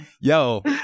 Yo